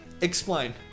Explain